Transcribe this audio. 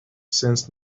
sensed